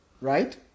Right